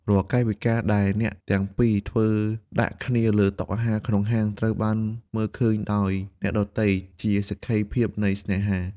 រាល់កាយវិការដែលអ្នកទាំងពីរធ្វើដាក់គ្នាលើតុអាហារក្នុងហាង ត្រូវបានមើលឃើញដោយអ្នកដទៃជាសក្ខីភាពនៃស្នេហា។